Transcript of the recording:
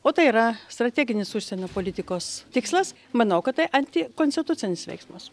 o tai yra strateginis užsienio politikos tikslas manau kad tai antikonstitucinis veiksmas